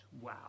Wow